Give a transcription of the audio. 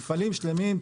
מפעלים שלמים,